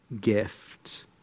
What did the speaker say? gift